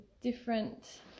different